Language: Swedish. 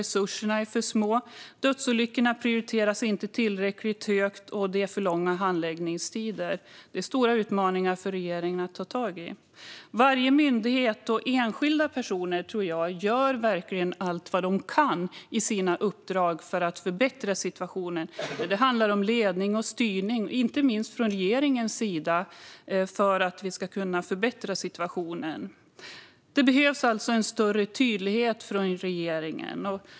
Resurserna är för små, dödsolyckorna prioriteras inte tillräckligt högt och det är för långa handläggningstider. Det är stora utmaningar för regeringen att ta tag i. Varje myndighet och enskilda personer gör verkligen allt de kan, tror jag, i sina uppdrag för att förbättra situationen. Men det handlar om ledning och styrning, inte minst från regeringens sida, för att kunna göra det. Det behövs större tydlighet från regeringen.